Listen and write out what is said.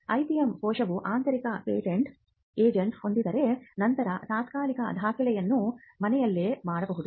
IPM ಕೋಶವು ಆಂತರಿಕ patent agent ಹೊಂದಿದ್ದರೆ ನಂತರ ತಾತ್ಕಾಲಿಕ ದಾಖಲಾತಿಯನ್ನು ಮನೆಯಲ್ಲೇ ಮಾಡಬಹುದು